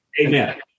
Amen